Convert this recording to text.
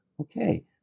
okay